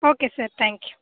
okay sir thank you